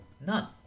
None